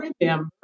remember